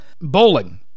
bowling